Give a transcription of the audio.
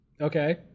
Okay